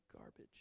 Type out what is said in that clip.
garbage